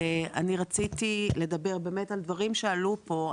רציתי לדבר על דברים שכבר עלו פה,